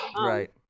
Right